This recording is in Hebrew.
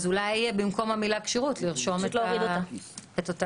אז אולי במקום "כשירות", לרשום את אותו אישור.